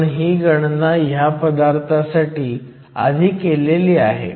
आपण ही गणना हया पदार्थांसाठी आधी केलेली आहे